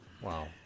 Wow